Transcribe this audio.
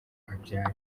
abyare